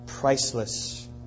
Priceless